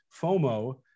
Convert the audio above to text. FOMO